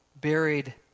buried